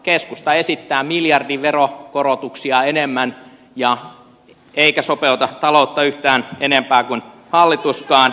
keskusta esittää miljardin veronkorotuksia enemmän eikä sopeuta taloutta yhtään enempää kuin hallituskaan